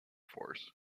force